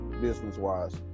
business-wise